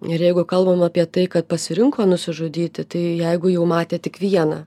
ir jeigu kalbam apie tai kad pasirinko nusižudyti tai jeigu jau matė tik vieną